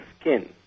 skin